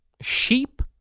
Sheep